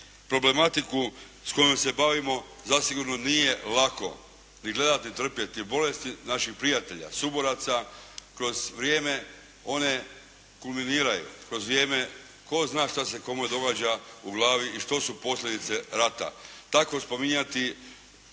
problematiku kojom se bavimo zasigurno nije lako ni gledati ni trpjeti i bolesti naših prijatelja suboraca kroz vrijeme one kulminiraju, kroz vrijeme tko zna šta se komu događa u glavi i što su posljedice rata. Tako spominjati